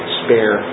spare